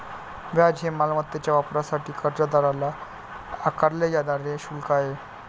व्याज हे मालमत्तेच्या वापरासाठी कर्जदाराला आकारले जाणारे शुल्क आहे